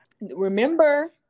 remember